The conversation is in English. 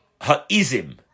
ha'izim